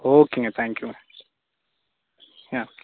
ஓகேங்க தேங்க்யூங்க ஆ